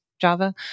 Java